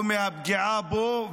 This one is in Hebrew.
או הפגיעה בו,